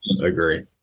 agree